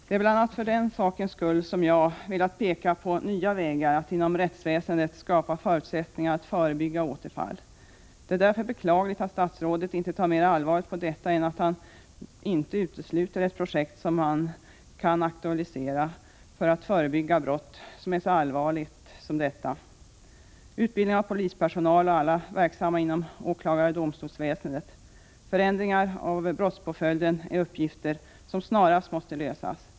Det är bl.a. för den sakens skull som jag har velat peka på nya vägar att inom rättsväsendet skapa förutsättningar för att förebygga återfall. Det är därför beklagligt att statsrådet inte tar mer allvarligt på detta än att han inte utesluter ett projekt som kan aktualiseras för att förebygga ett brott som är så allvarligt som detta. Utbildning av polispersonal och andra verksamma inom åklagaroch domstolsväsendet samt förändringar av brottspåföljden är uppgifter som snarast måste lösas.